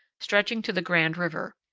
stretching to the grand river.